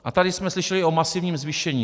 A tady jsme slyšeli o masivním zvýšení.